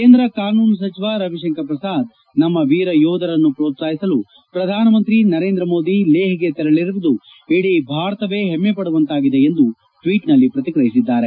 ಕೇಂದ್ರ ಕಾನೂನು ಸಚಿವ ರವಿಶಂಕರ್ ಪ್ರಸಾದ್ ನಮ್ನ ವೀರ ಯೋಧರನ್ನು ಪ್ರೋತ್ಸಾಹಿಸಲು ಪ್ರಧಾನಮಂತ್ರಿ ನರೇಂದ್ರ ಮೋದಿ ಲೇಷ್ಗೆ ತೆರಳರುವುದು ಇಡೀ ಭಾರತವೇ ಹೆಮ್ನೆ ಪಡುವಂತಾಗಿದೆ ಎಂದು ಟ್ವೀಟ್ನಲ್ಲಿ ಪ್ರತಿಕ್ರಿಯಿಸಿದ್ದಾರೆ